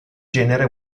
genere